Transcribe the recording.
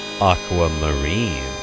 Aquamarine